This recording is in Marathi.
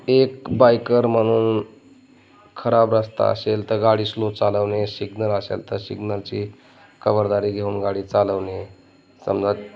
एक बायकर म्हणून खराब रस्ता असेल तर गाडी स्लो चालवणे शिग्नल असेल तर शिग्नलची खबरदारी घेऊन गाडी चालवणे समजा